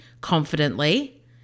confidently